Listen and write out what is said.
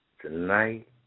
Tonight